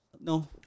no